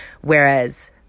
Whereas